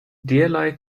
derlei